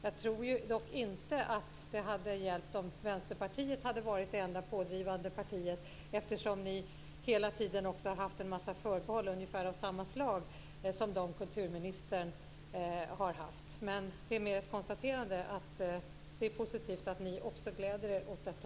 Jag tror dock inte att det hade hjälpt om Vänsterpartiet hade varit det enda pådrivande partiet eftersom ni har haft en mängd förbehåll av ungefär samma slag som de kulturministern har haft. Det är mer ett konstaterande att ni också gläder er åt detta.